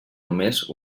només